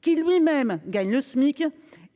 qui lui-même gagne le SMIC